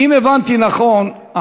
אם הבנתי נכון,